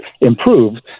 improved